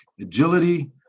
agility